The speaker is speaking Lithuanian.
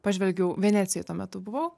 pažvelgiau venecijoj tuo metu buvau